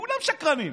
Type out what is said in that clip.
כולם שקרנים.